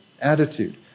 attitude